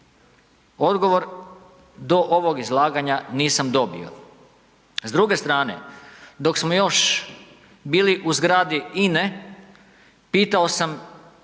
Odgovor do ovog izlaganja nisam dobio. S druge strane dok smo još bili u zgradi INA-e, pitao sam